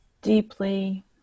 deeply